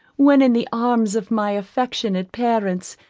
when in the arms of my affectionate parents,